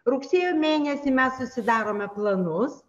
rugsėjo mėnesį mes susidarome planus